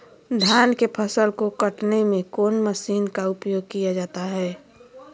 धान के फसल को कटने में कौन माशिन का उपयोग किया जाता है?